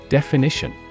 Definition